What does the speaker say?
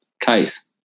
case